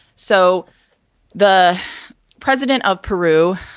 so the president of peru,